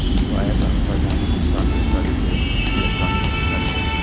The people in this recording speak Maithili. वायर ट्रांसफर धन हस्तांतरित करै के इलेक्ट्रॉनिक तरीका छियै